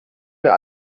mir